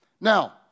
Now